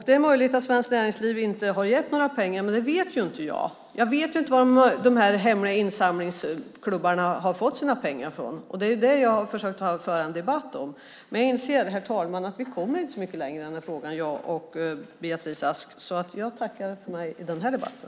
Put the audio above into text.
Det är möjligt att Svenskt Näringsliv inte har gett några pengar, men det vet jag inte. Jag vet inte var de här hemliga insamlingsklubbarna har fått sina pengar från. Det är det jag har försökt föra en debatt om, men jag inser, herr talman, att justitieministern och jag inte kommer mycket längre i den här frågan, så jag tackar för mig i den här debatten.